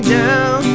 down